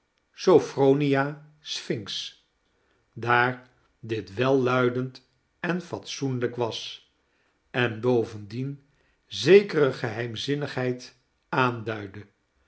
sophronia sphynx daar dit welluidend en fatsoenlijk was en bovendien zekere geheimzinnigheid aanduidde